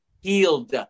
healed